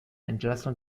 entlassung